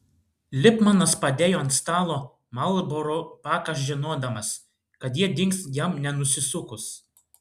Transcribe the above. lipmanas padėjo ant stalo marlboro paką žinodamas kad jie dings jam nenusisukus